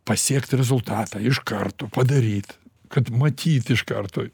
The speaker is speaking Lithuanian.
pasiekt rezultatą iš karto padaryt kad matyt iš karto